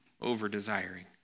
over-desiring